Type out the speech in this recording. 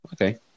okay